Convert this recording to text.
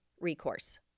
recourse